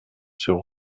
sur